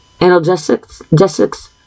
Analgesics